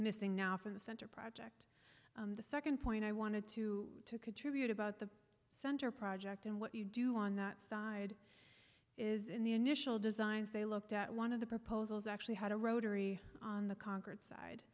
missing now from the center project the second point i wanted to contribute about the center project and what you do on that side is in the initial designs they looked at one of the proposals actually had a rotary on the conquered side